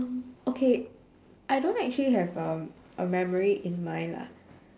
um okay I don't actually have um a memory in mind lah